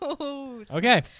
Okay